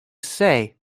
say